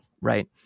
Right